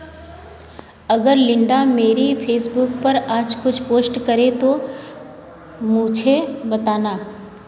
अगर लिंडा मेरी फेसबुक पर आज कुछ पोस्ट करे तो मुझे बताना